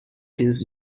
his